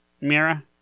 Mira